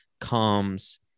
comes